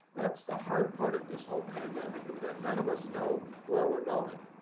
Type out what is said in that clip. that's the hard part of this whole pandemic is that none of us know where we're going.